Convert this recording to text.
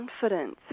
confidence